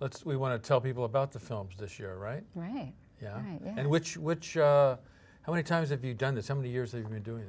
let's we want to tell people about the films this year right right yeah and which which how many times have you done this so many years they were doing